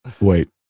wait